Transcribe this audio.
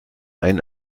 ein